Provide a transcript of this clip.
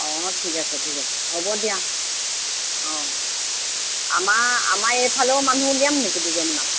অঁ ঠিক আছে ঠিক আছে হ'ব দিয়া অঁ আমাৰ আমাৰ এইফালেও মানুহ উলিয়াম নেকি দুজনীমান